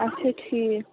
اچھا ٹھیٖک